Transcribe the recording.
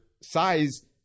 size